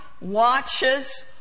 watches